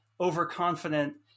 overconfident